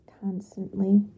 constantly